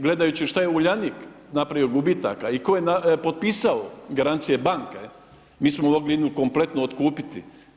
Gledajući šta je Uljanik napravio gubitaka i tko je potpisao garancije banke, mi smo mogli jednu kompletnu otkupiti.